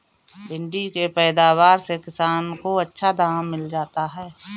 भिण्डी के पैदावार से किसान को अच्छा दाम मिल जाता है